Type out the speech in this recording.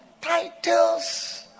titles